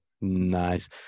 nice